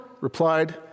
replied